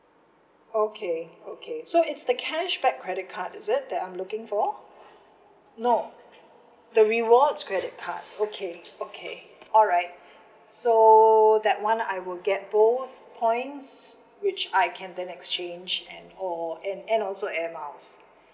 okay okay so it's the cashback credit card is it that I'm looking for no the rewards credit card okay okay alright so that [one] I will get both points which I can then exchange and or and and also Air Miles